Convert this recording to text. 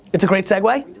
it's a great segue?